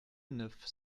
neuf